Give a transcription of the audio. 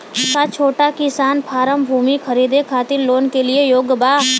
का छोटा किसान फारम भूमि खरीदे खातिर लोन के लिए योग्य बा?